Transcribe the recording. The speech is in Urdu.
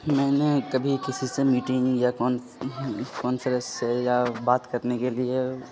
میں نے کبھی کسی سے میٹنگ یا کانفریس سے یا بات کرنے کے لیے